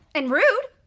and rude!